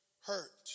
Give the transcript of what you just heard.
hurt